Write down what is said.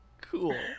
Cool